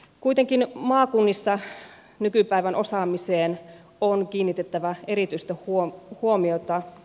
kuitenkin maakunnissa nykypäivän osaamiseen on kiinnitettävä erityistä huomiota